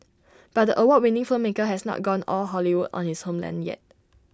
but the award winning filmmaker has not gone all Hollywood on his homeland yet